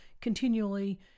continually